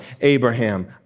Abraham